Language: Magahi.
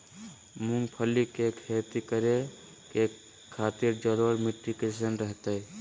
मूंगफली के खेती करें के खातिर जलोढ़ मिट्टी कईसन रहतय?